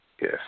Yes